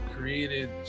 created